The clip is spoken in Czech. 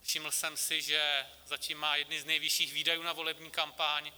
Všiml jsem si, že zatím má jedny z nejvyšších výdajů na volební kampaň.